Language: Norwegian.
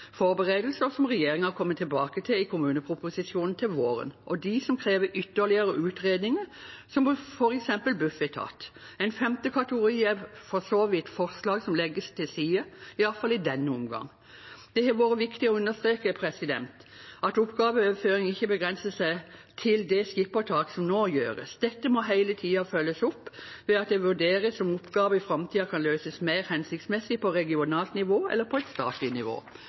forberedelse, og som regjeringen kommer tilbake til i kommuneproposisjonen til våren, og de som krever ytterligere utredninger, som f.eks. Bufetat. En femte kategori er for så vidt forslag som legges til side, i alle fall i denne omgang. Det har vært viktig å understreke at oppgaveoverføring ikke begrenser seg til det skippertak som nå gjøres. Dette må hele tiden følges opp ved at det vurderes om oppgaver i framtiden kan løses mer hensiktsmessig på regionalt nivå enn på statlig nivå.